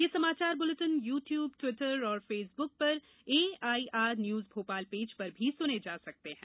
ये समाचार bulletin YouTube Twitter और फेसब्क पर एआईआर न्यूज भोपाल पेज पर सुने जा सकते हैं